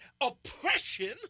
oppression